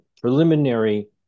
preliminary